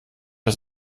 das